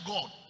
God